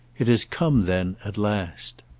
it has come then at last?